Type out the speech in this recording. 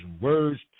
words